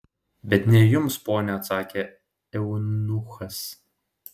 bet ne jums ponia atsakė eunuchas